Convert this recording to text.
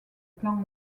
plans